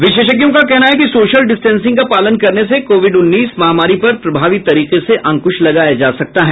विशेषज्ञों का कहना है कि सोशल डिस्टेंसिंग का पालन करने से कोविड उन्नीस महामारी पर प्रभावी तरीके से अंकुश लगाया जा सकता है